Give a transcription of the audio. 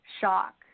shock